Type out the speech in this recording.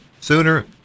sooner